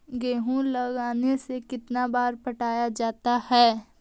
गेहूं लगने से कितना बार पटाया जाता है?